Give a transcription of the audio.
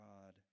God